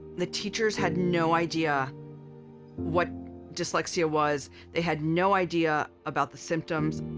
the teachers had no idea what dyslexia was they had no idea about the symptoms.